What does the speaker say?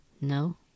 No